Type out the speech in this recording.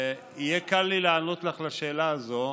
יהיה לי קל לענות לך על השאלה הזאת.